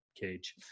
cage